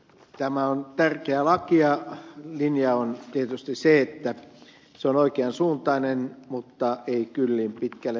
tämä on tärkeä laki ja linja on tietysti se että se on oikean suuntainen mutta ei kyllin pitkälle menevä